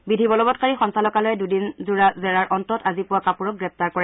বিধি বলবৎকাৰী সঞ্চালকালয়ে দুদিন জোৰা জেৰাৰ অন্তত আজি পূৱা কাপুৰক গ্ৰেপ্তাৰ কৰে